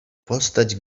postać